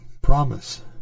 promise